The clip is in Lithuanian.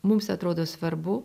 mums atrodo svarbu